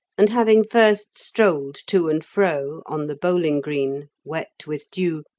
and having first strolled to and fro on the bowling green, wet with dew,